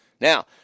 Now